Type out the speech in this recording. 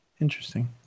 Interesting